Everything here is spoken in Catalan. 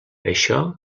això